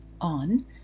on